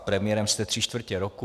Premiérem jste tři čtvrtě roku.